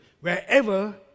wherever